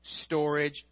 storage